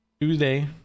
Tuesday